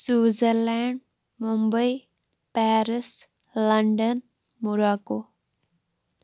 Switzerland Mumbai Paris London Morocco